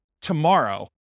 tomorrow